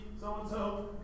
so-and-so